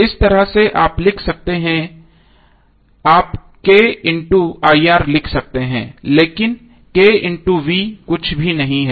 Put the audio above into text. इस तरह से आप क्या लिख सकते हैं आप K IR लिख सकते हैं लेकिन K V कुछ भी नहीं है